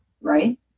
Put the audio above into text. right